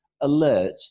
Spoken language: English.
Alert